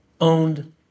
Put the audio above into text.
owned